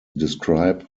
describe